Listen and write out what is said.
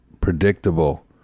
predictable